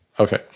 Okay